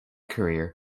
career